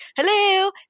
hello